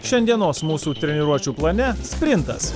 šiandienos mūsų treniruočių plane sprintas